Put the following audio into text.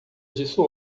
disso